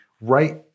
right